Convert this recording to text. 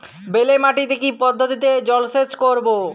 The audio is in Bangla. বেলে মাটিতে কি পদ্ধতিতে জলসেচ করব?